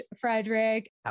Frederick